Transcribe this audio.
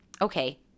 okay